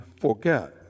forget